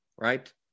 Right